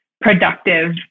productive